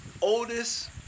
Oldest